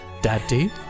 Daddy